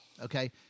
okay